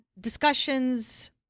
discussions